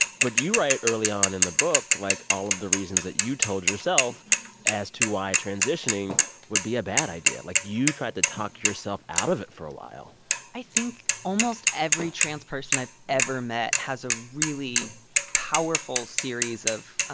but you write early on in the book, like, all of the reasons that you told yourself as to why transitioning would be a bad idea. like, you tried to talk yourself out of it for a while i think almost every trans person i've ever met has a really powerful series of ah